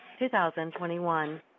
2021